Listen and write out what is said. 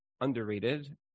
underrated